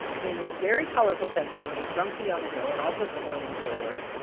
in very colorful testimony from fiona hill and also from william taylor,